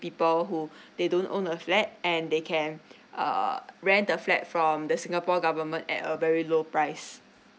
people who they don't own a flat and they can uh rent a flat from the singapore government at a very low price